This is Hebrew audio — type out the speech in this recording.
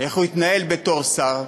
איך הוא יתנהל בתוך שר,